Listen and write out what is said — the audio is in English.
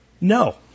no